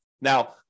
Now